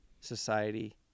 society